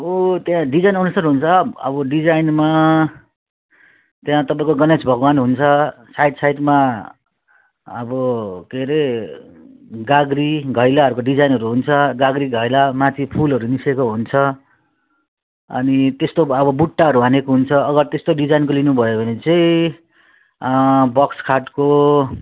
अब त्यहाँ डिजाइनअनुसार हुन्छ अब डिजाइनमा त्यहाँ तपाईँको गणेश भगवान् हुन्छ साइड साइडमा अब के अरे गाग्री घैलाहरको डिजाइनहरू हुन्छ गाग्री घैलामाथि फुलहरू निस्केको हुन्छ अनि त्यस्तो अब बुट्टाहरू हानेको हुन्छ अगर त्यस्तो डिजाइनको लिनुभयो भने चाहिँ बक्स खाटको